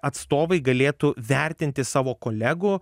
atstovai galėtų vertinti savo kolegų